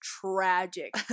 tragic